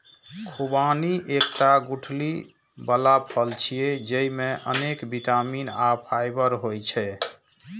खुबानी एकटा गुठली बला फल छियै, जेइमे अनेक बिटामिन आ फाइबर होइ छै